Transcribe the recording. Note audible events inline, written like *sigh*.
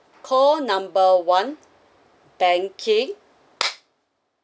call number one banking *noise*